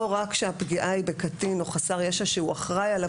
לא רק כשהפגיעה היא בקטין או חסר ישע שהוא אחראי עליו,